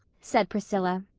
said priscilla.